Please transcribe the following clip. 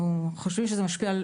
אנחנו חושבים שזה משפיע.